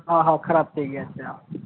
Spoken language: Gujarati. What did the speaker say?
હા હા ખરાબ થઈ ગયાં છે હા